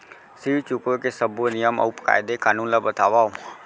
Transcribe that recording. ऋण चुकाए के सब्बो नियम अऊ कायदे कानून ला बतावव